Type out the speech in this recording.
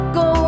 go